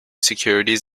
securities